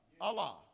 Allah